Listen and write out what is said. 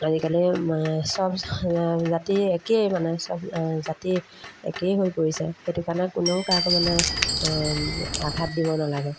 আজিকালি চব জাতি একেই মানে চব জাতি একেই হৈ পৰিছে সেইটো কাৰণে কোনোও কাকো মানে আঘাত দিব নালাগে